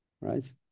right